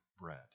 bread